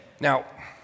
Now